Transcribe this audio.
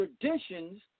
traditions